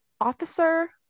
officer